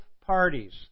parties